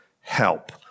help